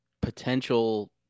potential